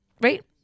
Right